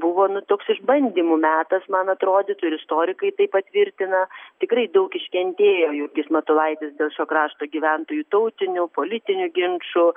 buvo nu toks išbandymų metas man atrodytų ir istorikai tai patvirtina tikrai daug iškentėjo jurgis matulaitis dėl šio krašto gyventojų tautinių politinių ginčų